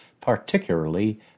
particularly